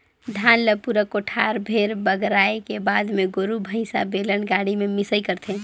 धान ल पूरा कोठार भेर बगराए के बाद मे गोरु भईसा, बेलन गाड़ी में मिंसई करथे